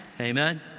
Amen